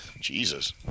Jesus